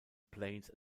planes